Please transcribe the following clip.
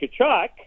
Kachuk